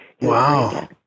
Wow